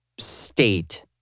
state